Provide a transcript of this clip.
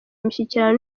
imishyikirano